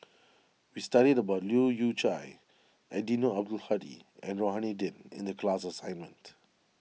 we studied about Leu Yew Chye Eddino Abdul Hadi and Rohani Din in the class assignment